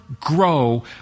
grow